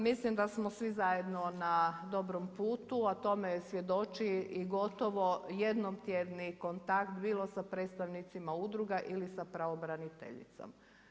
Mislim da smo svi zajedno na dobrom putu, a tome svjedoči i gotovo jednom tjedni kontakt bilo sa predstavnicima udruga, ili sa pravobraniteljicom.